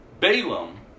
Balaam